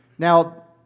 Now